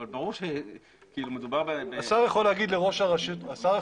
אבל ברור שמדובר --- השר יכול להגיד לראש הרשות,